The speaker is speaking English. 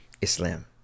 Islam